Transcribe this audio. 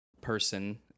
person